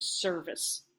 service